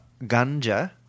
Ganja